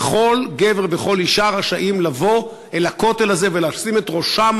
וכל גבר וכל אישה רשאים לבוא אל הכותל הזה ולשים את ראשם